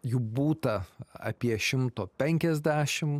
jų būta apie šimto penkiasdešim